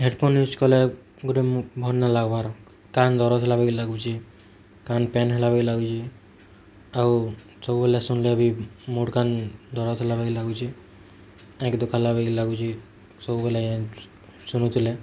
headphone use କଲେ ଗୁଟେ ଭଲ ନେଇ ଲାଗବାର୍ କାନ ଦରଜ ହେଲା ବୋଲି ଲାଗୁଛି କାନ ପେନ୍ ହେଲା ବୋଲି ଲାଗୁଛି ଆଉ ସବୁବେଲେ ଶୁଣଲେ ବି ମୁଡ଼ କାନ ଦରଜ ହେଲା ବୋଲି ଲାଗୁଛେ ସବୁବେଲେ ଶୁନୁଥିଲେ